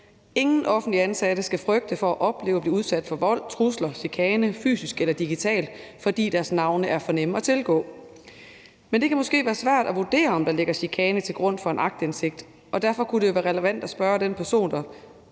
Ingen offentligt ansatte skal frygte at opleve at blive udsat for vold, trusler, chikane – fysisk eller digital – fordi deres navne er for nemme at tilgå. Men det kan måske være svært at vurdere, om der ligger chikane til grund for en aktindsigt, og derfor kunne det være relevant at spørge den person, der